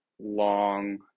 long